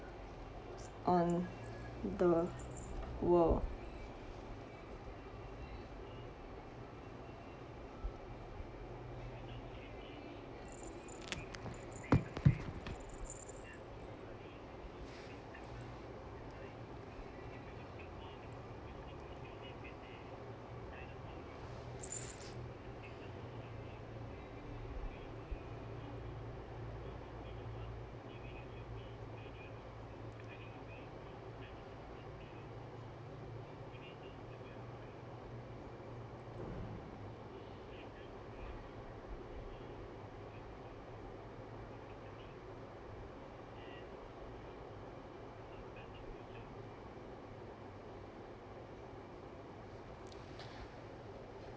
on the world